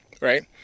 right